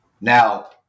now